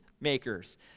makers